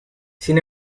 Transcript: sin